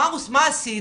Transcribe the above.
אז מה עשית?